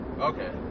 Okay